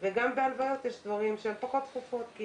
וגם בהלוויות יש דברים שהם פחות דחופים כי